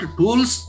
tools